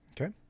Okay